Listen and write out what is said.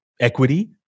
equity